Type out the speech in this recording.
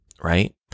right